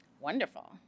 Wonderful